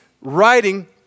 writing